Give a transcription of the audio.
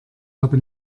habe